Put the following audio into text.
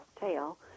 tail